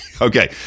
Okay